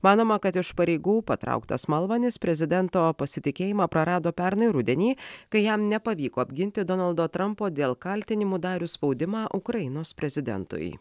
manoma kad iš pareigų patrauktas malvanis prezidento pasitikėjimą prarado pernai rudenį kai jam nepavyko apginti donaldo trampo dėl kaltinimų darius spaudimą ukrainos prezidentui